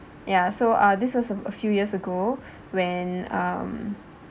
ya so uh this was a few years ago when um